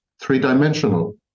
three-dimensional